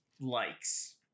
Likes